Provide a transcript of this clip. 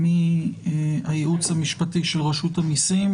מהייעוץ המשפטי של רשות המיסים,